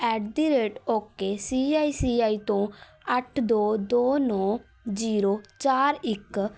at the rate okay C I C I ਤੋਂ ਅੱਠ ਦੋ ਦੋ ਨੌ ਜੀਰੋ ਚਾਰ ਇੱਕ